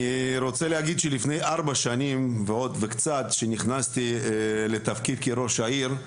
אני רוצה להגיד שלפני ארבע שנים וקצת שנכנסתי לתפקיד כראש העיר,